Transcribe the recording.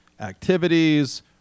activities